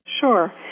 Sure